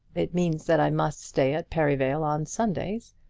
it means that i must stay at perivale on sundays,